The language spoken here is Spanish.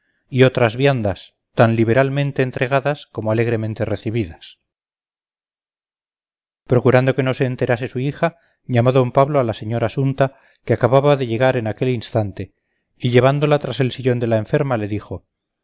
y otras viandas tan liberalmente entregadas como alegremente recibidas procurando que no se enterase su hija llamó d pablo a la señora sumta que acababa de llegar en aquel instante y llevándola tras el sillón de la enferma le dijo